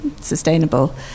sustainable